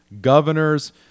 governors